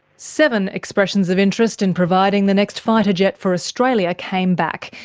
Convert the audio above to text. seven expressions of interest in providing the next fighter jet for australia came back,